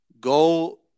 go